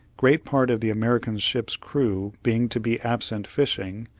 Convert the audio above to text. great part of the american's ship's crew being to be absent fishing,